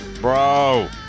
bro